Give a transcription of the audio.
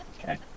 Okay